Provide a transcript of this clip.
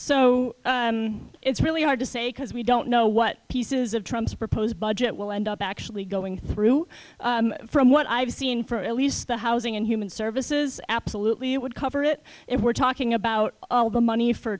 so it's really hard to say because we don't know what pieces of trump's proposed budget will end up actually going through from what i've seen for at least the housing and human services absolutely it would cover it if we're talking about all the money for